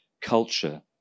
culture